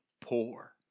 poor